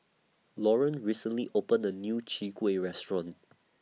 Loren recently opened A New Chwee Kueh Restaurant